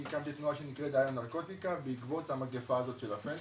אני הקמתי אגודה שנקראת די לנרקוטיקה בעקבות המגפה הזאת של הפנטה.